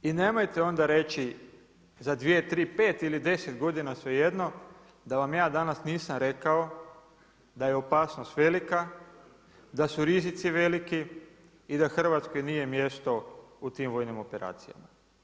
I nemojte onda reći za dvije, tri, pet ili 10 godina svejedno da vam ja danas nisam rekao da je opasnost velika, da su rizici veliki i da Hrvatskoj nije mjesto u tim vojnim operacijama.